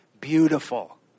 beautiful